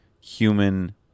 human